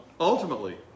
Ultimately